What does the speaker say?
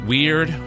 Weird